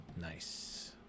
Nice